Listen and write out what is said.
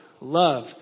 love